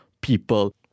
people